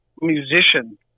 musician